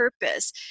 purpose